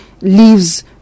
leaves